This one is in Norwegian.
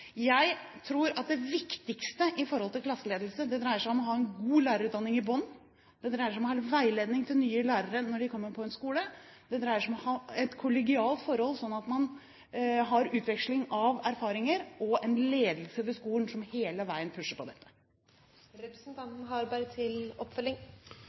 Jeg tror at det viktigste når det gjelder klasseledelse, dreier seg om å ha en god lærerutdanning i bunnen, det dreier seg om å ha veiledning til nye lærere når de kommer på en skole, og det dreier seg om å ha et kollegialt forhold, slik at man har utveksling av erfaringer og en ledelse ved skolen som hele veien pusher på